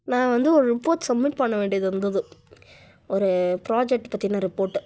நான் வந்து ஒரு ரிப்போர்ட் சமிட் பண்ண வேண்டி இருந்தது ஒரு ப்ராஜெக்ட் பற்றின ரிப்போர்ட்